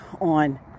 on